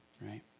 right